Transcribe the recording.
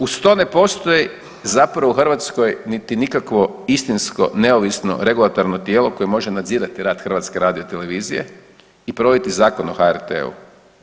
Uz to ne postoji zapravo u Hrvatskoj niti nikakvo istinsko neovisno regulatorno tijelo koje može nadzirati rad HRT i provoditi Zakon o HRT-u.